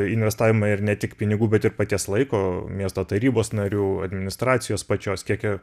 investavimą ir ne tik pinigų bet ir paties laiko miesto tarybos narių administracijos pačios kiek jie